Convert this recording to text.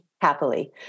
happily